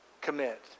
commit